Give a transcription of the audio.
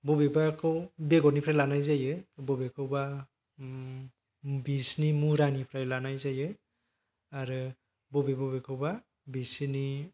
बबेबाखौ बेगरनिफ्राय लानाय जायो आरो बबेखौबा बिसोरनि मुरानिफ्राय लानाय जायो आरो बबे बबेखौबा बिसोरनि